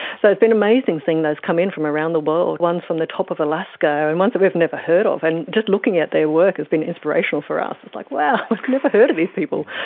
so it's been amazing seeing those come in from around the world, ones from the top of alaska and and ones that we've never heard of, and just looking at their work has been inspirational for us. it's like, wow, we've never heard of these people.